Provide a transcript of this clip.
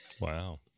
Wow